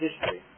history